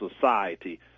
society